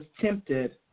tempted